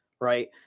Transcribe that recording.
Right